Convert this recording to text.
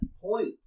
point